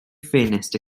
ffenest